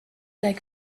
like